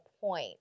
point